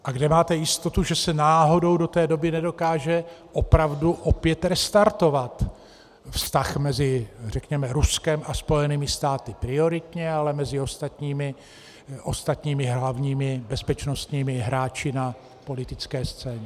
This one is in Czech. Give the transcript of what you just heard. A kde máte jistotu, že se náhodou do té doby nedokáže opravdu opět restartovat vztah řekněme mezi Ruskem a Spojenými státy prioritně, ale mezi ostatními hlavními bezpečnostními hráči na politické scéně?